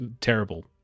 terrible